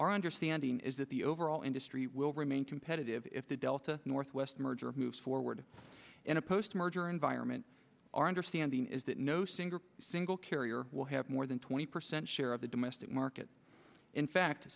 our understanding is that the overall industry will remain competitive if the delta northwest merger moves forward in a post merger environment our understanding is that no single single carrier will have more than twenty percent share of the domestic market in fact